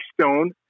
Stone